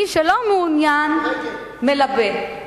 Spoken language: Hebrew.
מי שלא מעוניין מלבה.